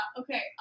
Okay